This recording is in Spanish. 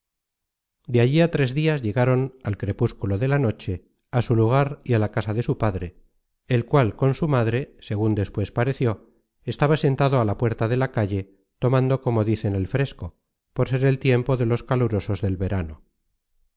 de allí á tres dias llegaron al crepúsculo de la noche á su lugar y á la casa de su padre el cual con su madre segun despues pareció estaba sentado á la puerta de la calle tomando como dicen el fresco por ser el tiempo de los calurosos del verano